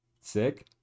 Sick